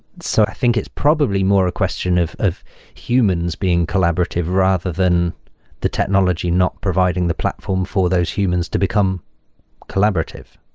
so i think it's probably more a question of of humans being collaborative, rather than the technology not providing the platform for those humans to become collaborative,